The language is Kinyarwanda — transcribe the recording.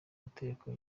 mategeko